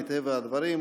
מטבע הדברים,